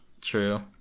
true